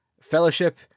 Fellowship